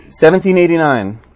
1789